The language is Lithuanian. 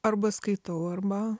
arba skaitau arba